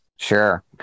Sure